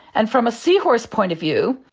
and from a seahorse point of view,